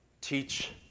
teach